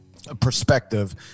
perspective